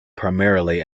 primarily